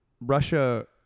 Russia